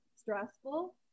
stressful